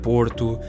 Porto